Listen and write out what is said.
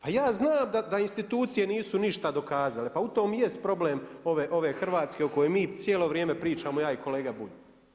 Pa ja znam da institucije nisu ništa dokazale, pa u tome i jest problem ove Hrvatske u kojoj mi cijelo vrijeme pričamo, ja i kolega Bulj.